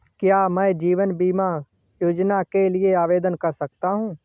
क्या मैं जीवन बीमा योजना के लिए आवेदन कर सकता हूँ?